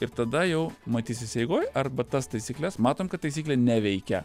ir tada jau matysis eigoj arba tas taisykles matom kad taisyklė neveikia